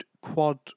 quad